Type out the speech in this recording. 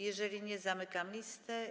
Jeżeli nie, zamykam listę.